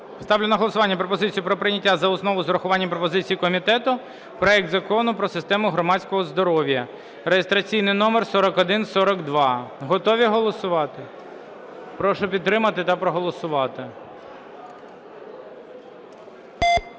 Ставлю на голосування пропозицію про прийняття за основу з урахуванням пропозицій комітету проект Закону про систему громадського здоров'я (реєстраційний номер 4142). Готові голосувати? Готові? Ставлю на голосування